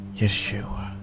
Yeshua